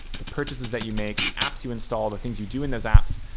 the purchases that you make, the apps you install, the things you do in those apps.